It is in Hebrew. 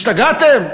השתגעתם?